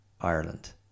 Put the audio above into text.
Ireland